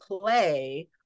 play